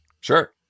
Sure